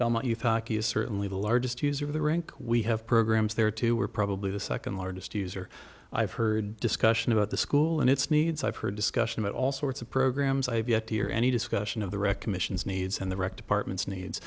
belmont youth hockey is certainly the largest user of the rink we have programs there too we're probably the second largest user i've heard discussion about the school and its needs i've heard discussion about all sorts of programs i have yet to hear any discussion of the recommendations needs in the rec departments needs